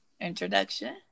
introduction